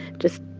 just